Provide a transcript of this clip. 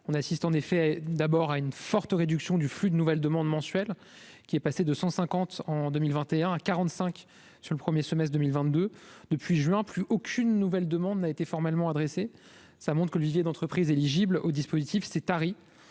on assiste en effet d'abord à une forte réduction du flux de nouvelles demandes mensuelles qui est passé de 150 en 2021 à 45 sur le 1er semestre 2022 depuis juin, plus aucune nouvelle demande n'a été formellement adressé, ça montre que le vivier d'entreprises éligibles au dispositif s'est tari